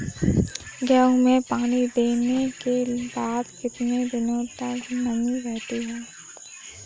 गेहूँ में पानी देने के बाद कितने दिनो तक नमी रहती है?